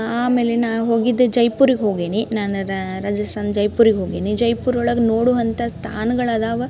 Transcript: ಆಮೇಲೆ ನಾವು ಹೋಗಿದ್ದು ಜೈಪುರಿಗೆ ಹೋಗೀನಿ ನಾನ ರಾ ರಾಜಸ್ಥಾನ್ ಜೈಪುರಿಗೆ ಹೋಗೀನಿ ಜೈಪುರೊಳಗೆ ನೋಡುವಂಥದ್ ತಾಣ್ಗಳು ಅದಾವ